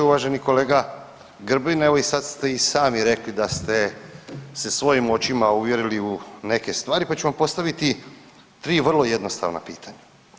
Uvaženi kolega Grbin, evo i sad ste i sami rekli da ste se svojim očima uvjerili u neke stvari, pa ću vam postaviti 3 vrlo jednostavna pitanja.